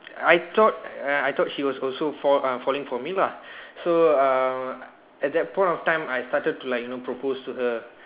I thought I thought she was also fall~ uh falling for me lah so at that point of time I started to like you know propose to her